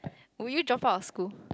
would you drop out of school